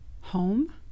home